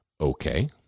Okay